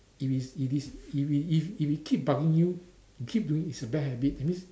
if it's it is if it if if it keep bugging you you keep doing it's a bad habit that means